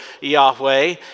Yahweh